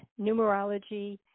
numerology